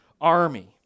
army